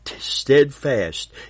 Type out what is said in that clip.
steadfast